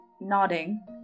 nodding